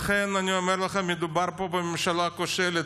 לכן אני אומר לכם, מדובר פה בממשלה כושלת.